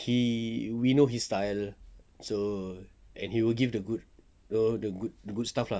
he we know his style so and he will give the good know the good the good stuff lah